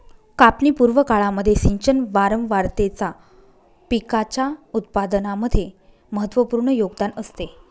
कापणी पूर्व काळामध्ये सिंचन वारंवारतेचा पिकाच्या उत्पादनामध्ये महत्त्वपूर्ण योगदान असते